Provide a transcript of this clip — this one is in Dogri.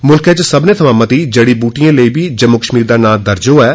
मुल्खे च सब्मने थमां मती जड़ी बूटियें लेई बी जम्मू कश्मीर दा नां दर्ज होआ ऐ